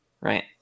Right